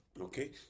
okay